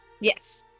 Yes